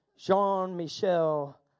Jean-Michel